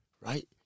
right